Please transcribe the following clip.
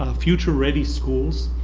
ah future ready schools.